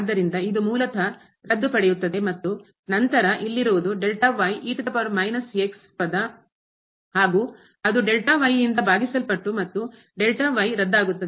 ಆದ್ದರಿಂದ ಇದು ಮೂಲತಃ ರದ್ದು ಪಡೆಯುತ್ತದೆ ಮತ್ತು ನಂತರ ಇಲ್ಲಿರುವುದು ಪದ ಹಾಗೂ ಅದು ಇಂದ ಬಾಗಿಸಲ್ಪಟ್ಟ್ಟು ಮತ್ತು ರದ್ದಾಗುತ್ತವೆ